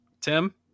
Tim